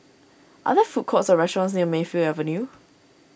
are there food courts or restaurants near Mayfield Avenue